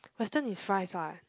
Western is fries [what]